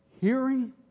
hearing